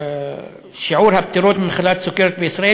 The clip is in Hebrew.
שיעור הפטירות ממחלת הסוכרת בישראל